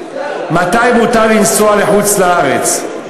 מתי מותר לנסוע לחוץ-לארץ,